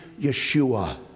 Yeshua